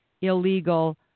illegal